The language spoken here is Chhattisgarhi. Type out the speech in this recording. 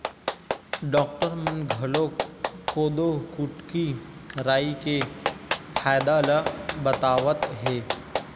डॉक्टर मन घलोक कोदो, कुटकी, राई के फायदा ल बतावत हे